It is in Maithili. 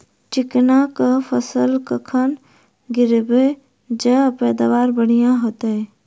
चिकना कऽ फसल कखन गिरैब जँ पैदावार बढ़िया होइत?